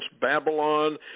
Babylon